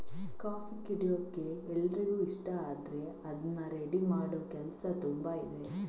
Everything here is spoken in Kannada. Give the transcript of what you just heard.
ಕಾಫಿ ಕುಡಿಯೋಕೆ ಎಲ್ರಿಗೂ ಇಷ್ಟ ಆದ್ರೆ ಅದ್ನ ರೆಡಿ ಮಾಡೋ ಕೆಲಸ ತುಂಬಾ ಇದೆ